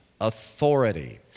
authority